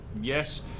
yes